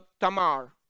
Tamar